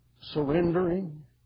surrendering